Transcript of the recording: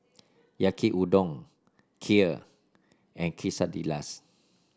Yaki Udon Kheer and quesadillas